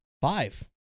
Five